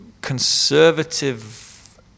conservative